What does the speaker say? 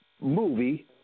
movie